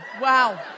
wow